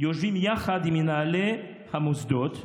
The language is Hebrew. יושבים יחד עם מנהלי המוסדות,